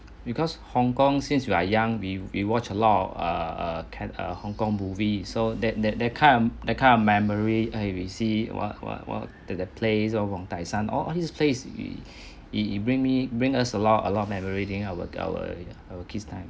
because hong kong since we are young we we watch a lot of err err can err hong kong movie so that that that kind of that kind of memory eh we see !wah! !wah! !wah! that that place wong tai sin a~ all these place it it bring me bring us a lot of a lot of memory during our our our kids' time